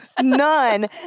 None